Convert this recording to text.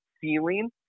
feeling